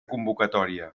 convocatòria